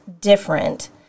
different